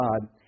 God